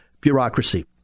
bureaucracy